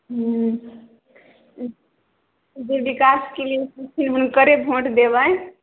हुँ जे विकास कएले हेथिन हुनकरे भोट देबै